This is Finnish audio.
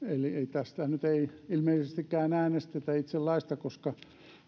eli ei ilmeisestikään äänestetä itse laista koska